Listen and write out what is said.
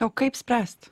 o kaip spręst